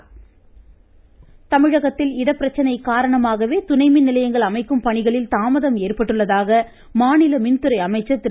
தங்கமணி தமிழகத்தில் இடப்பிரச்சனை காரணமாகவே துணைமின்நிலையங்கள் அமைக்கும் பணிகளில் தாமதம் ஏற்பட்டுள்ளதாக மாநில மின்துறை அமைச்சர் திரு